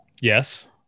Yes